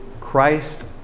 Christ